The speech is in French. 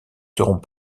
serons